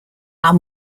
are